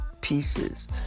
pieces